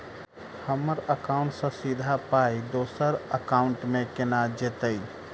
हम्मर एकाउन्ट सँ सीधा पाई दोसर एकाउंट मे केना जेतय?